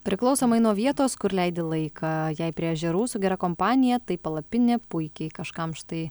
priklausomai nuo vietos kur leidi laiką jei prie ežerų su gera kompanija tai palapinė puikiai kažkam štai